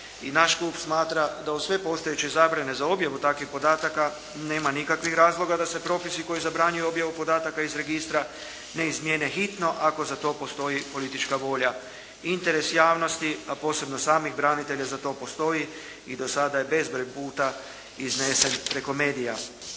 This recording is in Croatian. i naš klub smatra da uz sve postojeće zabrane za objavu takvih podataka nema nikakvih razloga da se propisi koji zabranjuju objavu podataka iz registra ne izmijene hitno, ako za to postoji politička volja. Interes javnosti, a posebno samih branitelja za to postoji i do sada je bezbroj puta iznesen preko medija.